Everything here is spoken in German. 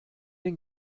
den